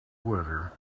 weather